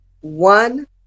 one